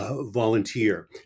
volunteer